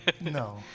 no